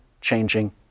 changing